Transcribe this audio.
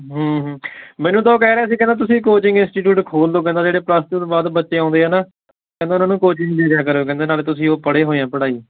ਹਮ ਹਮ ਮੈਨੂੰ ਤਾਂ ਉਹ ਕਹਿ ਰਿਹਾ ਸੀ ਕਹਿੰਦਾ ਤੁਸੀਂ ਕੋਚਿੰਗ ਇੰਸਟੀਟਿਊਟ ਖੋਲ੍ਹ ਦਿਉ ਕਹਿੰਦਾ ਜਿਹੜੇ ਪਲੱਸ ਟੂ ਤੋਂ ਬਾਅਦ ਬੱਚੇ ਆਉਂਦੇ ਆ ਨਾ ਕਹਿੰਦਾ ਉਹਨਾਂ ਨੂੰ ਕੋਚਿੰਗ ਦੇ ਦਿਆ ਕਰੋ ਕਹਿੰਦਾ ਨਾਲੇ ਤੁਸੀਂ ਉਹ ਪੜ੍ਹੇ ਹੋਏ ਆ ਪੜ੍ਹਾਈ